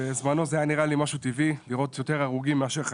בזמנו זה היה נראה לי משהו טבעי לראות יותר הרוגים מאשר חיים,